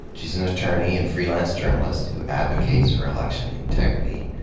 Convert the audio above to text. she's an attorney and freelance journalist who advocates for election integrity.